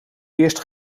eerst